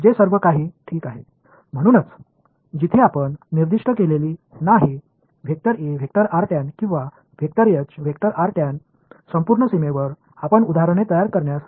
எனவே இந்த நிபந்தனைகள் பூர்த்தி செய்யப்படாவிட்டால் புலங்களின் தேற்றத்தின் யூனிக்னஸ் பற்றி எந்தவொரு அறிக்கையையும் நாம் செய்ய முடியாது